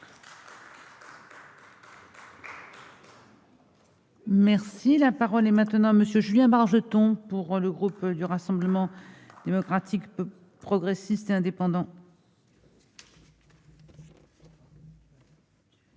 Merci, la parole est maintenant monsieur Julien Bargeton pour le groupe du Rassemblement démocratique progressiste et indépendant.